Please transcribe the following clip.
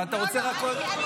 לא, לא.